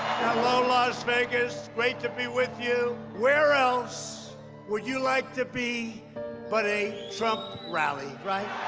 um ah vegas. great to be with you. where else would you like to be but a trump rally, right?